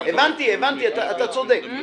אתה צודק.